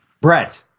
Brett